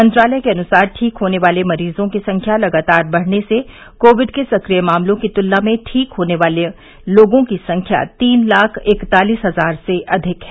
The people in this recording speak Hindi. मंत्रालय के अनुसार ठीक होने वाले मरीजों की संख्या लगातार बढ़ने से कोविड के सक्रिय मामलों की तुलना में ठीक होने वालों की संख्या तीन लाख इकतालीस हजार से अधिक है